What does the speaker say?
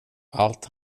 allt